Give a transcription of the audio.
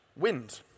Wind